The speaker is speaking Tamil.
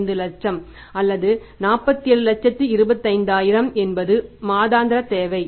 25 லட்சம் அல்லது 4725000 என்பது மாதாந்திர தேவை